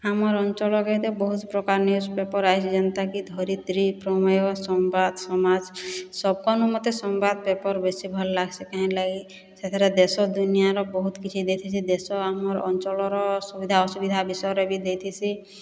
ଆମର୍ ଅଞ୍ଚଳକେ ହେତେ ବହୁତ୍ ପ୍ରକାର୍ ନ୍ୟୁଜ୍ପେପର୍ ଆଏସି ଯେନ୍ତା କି ଧରିତ୍ରୀ ପ୍ରମେୟ ସମ୍ବାଦ୍ ସମାଜ୍ ସବ୍କର୍ନୁ ମତେ ସମ୍ବାଦ୍ ପେପର୍ ବେଶୀ ଭଲ୍ ଲାଗ୍ସି କାହିଁର୍ଲାଗି ସେଥିରେ ଦେଶ ଦୁନିଆର ବହୁତ୍ କିଛି ଦେଇଥିସି ଦେଶ ଆମର ଅଞ୍ଚଳର ସୁବିଧା ଅସୁବିଧା ବିଷୟରେ ବି ଦେଇଥିସି